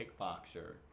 kickboxer